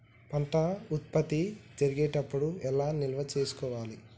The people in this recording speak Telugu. పంట ఉత్పత్తి జరిగేటప్పుడు ఎలా నిల్వ చేసుకోవాలి?